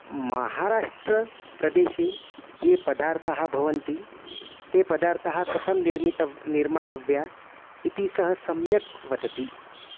महाराष्ट्रप्रदेशे ये पदार्थाः भवन्ति ते पदार्थाः कथं निर्मिताः निर्मातव्याः इति सः सम्यक् वदति